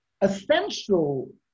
essential